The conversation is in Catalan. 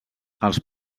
als